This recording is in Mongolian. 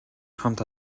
хамт